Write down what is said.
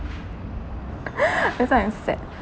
that's why I'm sad